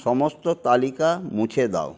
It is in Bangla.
সমস্ত তালিকা মুছে দাও